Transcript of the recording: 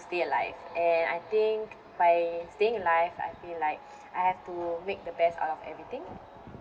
stay alive and I think by staying alive I feel like I have to make the best out of everything